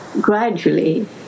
gradually